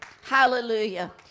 Hallelujah